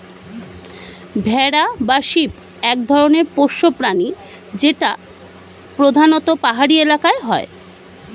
ভেড়া বা শিপ এক ধরনের পোষ্য প্রাণী যেটা প্রধানত পাহাড়ি এলাকায় হয়